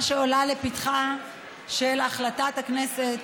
מה שעולה להחלטת הכנסת,